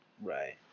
Right